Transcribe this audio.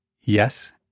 yes